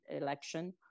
election